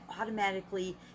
automatically